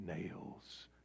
nails